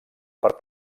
per